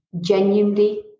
genuinely